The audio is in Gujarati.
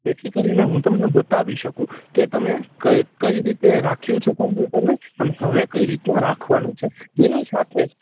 જેથી કરીને હું તમને બતાવી શકું કે તમે કઈ રીતે રાખ્યું છે કોંપ્યુટરને અને હવે કઈ રીતના રાખવાનું છે જેની સાથે જ